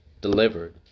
Delivered